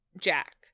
Jack